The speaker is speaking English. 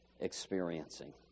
experiencing